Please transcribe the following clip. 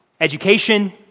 education